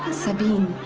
sabine